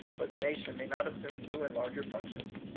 or the nation may not assume new and larger functions.